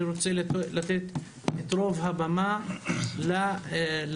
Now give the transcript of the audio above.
אני רוצה לתת את רוב הבמה למשתתפים,